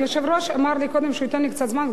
היושב-ראש אמר לי קודם שהוא ייתן לי קצת זמן,